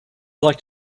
like